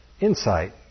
insight